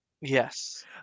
Yes